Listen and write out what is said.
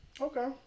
Okay